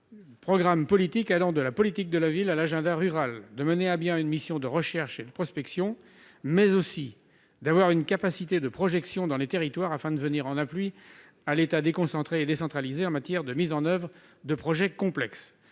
des programmes politiques, allant de la politique de la ville à l'agenda rural de mener à bien une mission de recherche et une prospection mais aussi d'avoir une capacité de projection dans les territoires afin de venir en appui à l'État déconcentrer et décentraliser en matière de mise en oeuvre de projets complexes,